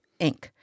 Inc